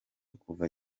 kuva